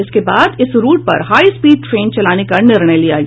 इसके बाद इस रूट पर हाई स्पीड ट्रेन चलाने का निर्णय लिया गया